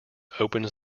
opens